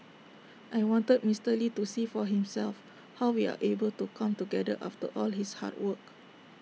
I wanted Mister lee to see for himself how we are able to come together after all his hard work